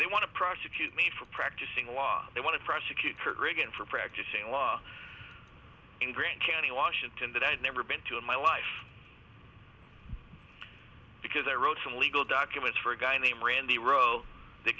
they want to prosecute me for practicing law they want to prosecute reagan for practicing law in greene county washington that i've never been to in my life because i wrote some legal documents for a guy named randy roe they